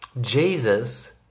Jesus